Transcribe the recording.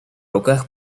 руках